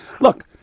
look